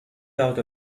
doubt